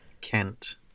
Kent